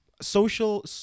social